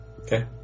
Okay